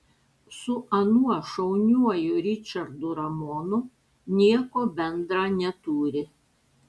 su anuo šauniuoju ričardu ramonu nieko bendra neturi